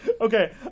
Okay